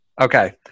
Okay